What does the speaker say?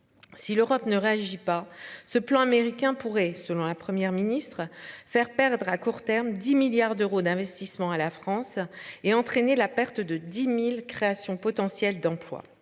Si l'Europe ne réagit pas ce plan américain pourrait selon la Première ministre faire perdre à court terme 10 milliards d'euros d'investissements à la France et entraîné la perte de 10.000 créations potentielles d'emploi.